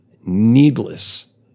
needless